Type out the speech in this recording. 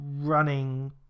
running